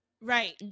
Right